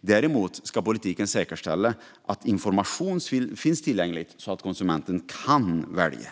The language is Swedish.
men däremot ska politiken säkerställa att information finns tillgänglig så att konsumenten kan välja.